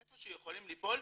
איפה שהוא יכולים ליפול,